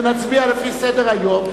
ונצביע לפי סדר-היום,